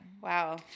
Wow